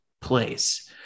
place